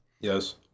Yes